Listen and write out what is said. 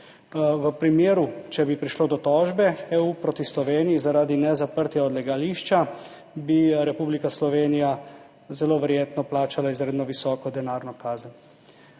V primeru, če bi prišlo do tožbe EU proti Sloveniji zaradi nezaprtja odlagališča, bi Republika Slovenija zelo verjetno plačala izredno visoko denarno kazen.